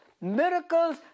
miracles